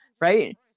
right